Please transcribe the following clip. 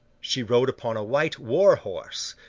she rode upon a white war-horse,